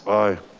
aye.